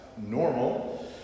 normal